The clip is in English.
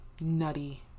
nutty